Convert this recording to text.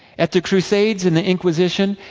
at the crusades and the inquisition,